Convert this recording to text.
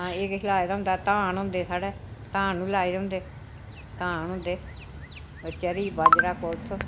एह् किश लाए दा होंदा धान होंदे साढ़ै धान बी लाए दे होंदे धान होंदे चर्री बाजरा कुल्थ